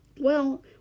Well